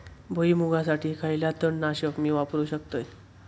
भुईमुगासाठी खयला तण नाशक मी वापरू शकतय?